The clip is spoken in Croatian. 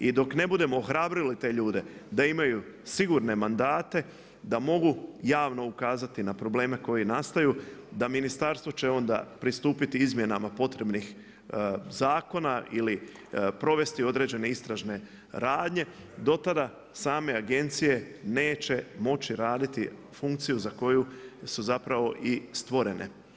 I dok ne budemo ohrabrili te ljude da imaju sigurne mandate da mogu javno ukazati na probleme koji nastaju, da će ministarstvo onda pristupiti izmjenama potrebnih zakona ili provesti određene istražne radnje, do tada same agencije neće moći raditi funkciju za koju su i stvorene.